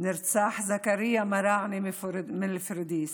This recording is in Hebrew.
נרצח זכריה מראענה מפוריידיס,